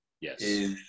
Yes